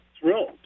thrilled